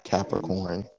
Capricorn